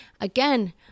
Again